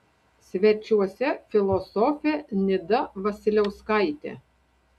svečiuose filosofė nida vasiliauskaitė